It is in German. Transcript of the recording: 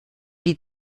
die